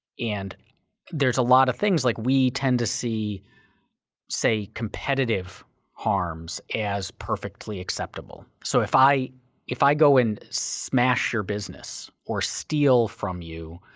and there's a lot of things like we tend to say competitive harms as perfectly accessible. so if i if i go and smash your business or steal from you